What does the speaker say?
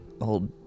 old